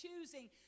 choosing